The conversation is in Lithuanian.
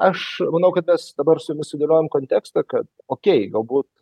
aš manau kad mes dabar su jumis sudėliojom kontekstą kad okei galbūt